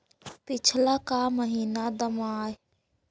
पिछला का महिना दमाहि में पैसा ऐले हाल अपडेट कर देहुन?